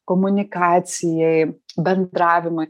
komunikacijai bendravimui